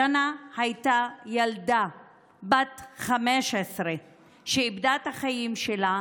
ג'אנה הייתה ילדה בת 15 שאיבדה את החיים שלה,